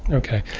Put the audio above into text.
ok.